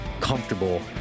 comfortable